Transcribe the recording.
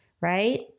right